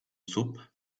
soup